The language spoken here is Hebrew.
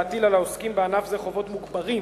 להטיל על העוסקים בענף זה חובות מוגברות